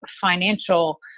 financial